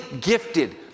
gifted